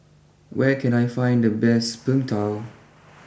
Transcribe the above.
where can I find the best Png Tao